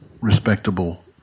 respectable